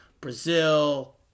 Brazil